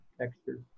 textures